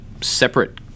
separate